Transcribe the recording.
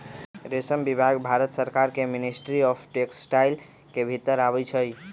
रेशम विभाग भारत सरकार के मिनिस्ट्री ऑफ टेक्सटाइल के भितर अबई छइ